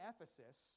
Ephesus